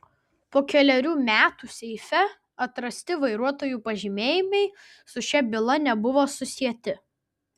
po kelerių metų seife atrasti vairuotojų pažymėjimai su šia byla nebuvo susieti